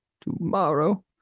tomorrow